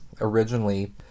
originally